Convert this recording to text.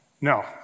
No